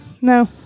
no